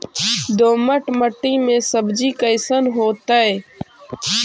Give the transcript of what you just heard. दोमट मट्टी में सब्जी कैसन होतै?